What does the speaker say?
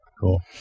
Cool